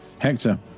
Hector